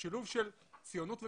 לשילוב של ציונות ומקצוענות.